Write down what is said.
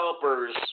developers